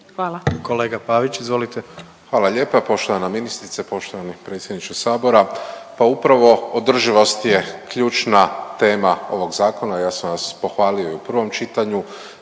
izvolite. **Pavić, Marko (HDZ)** Hvala lijepa. Poštovana ministrice, poštovani predsjedniče sabora, pa upravo održivost je ključna tema ovog zakona. Ja sam vas pohvalio i u prvom čitanju,